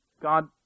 God